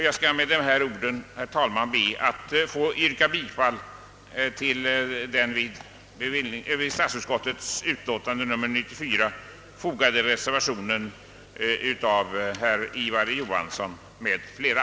Jag ber med dessa ord, herr talman, att få yrka bifall till den vid utskottets utlåtande fogade reservationen av herr Ivar Johansson m.fl.